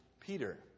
Peter